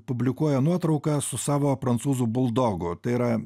publikuoja nuotrauką su savo prancūzų buldogu tai yra